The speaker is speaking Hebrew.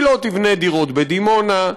היא לא תבנה דירות בדימונה,